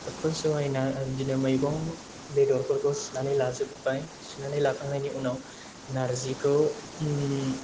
first आवहायना बिदिनो मैगं बेदरफोरखौ सुनानै लाजोबबाय सुनानै लाखांनायनि उनाव नारजिखौ